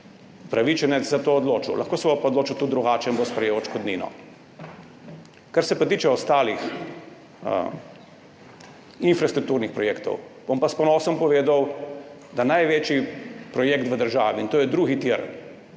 upravičenec za to odločil, lahko se bo pa odločil tudi drugače in bo sprejel odškodnino. Kar se tiče ostalih infrastrukturnih projektov, bom pa s ponosom povedal, da največji projekt v državi, in to je drugi tir,